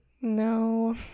No